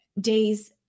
days